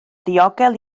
ddiogel